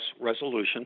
resolution